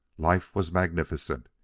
life was magnificent.